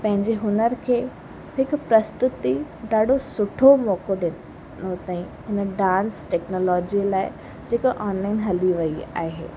पंहिंजे हुनुर खे हिकु प्रस्तुति ॾाढो सुठो मौक़ो ॾिनो अथईं हुन डांस टैक्नोलॉजी लाइ जेका ऑनलाइन हली वई आहे